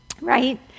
Right